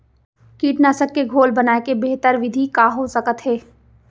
कीटनाशक के घोल बनाए के बेहतर विधि का हो सकत हे?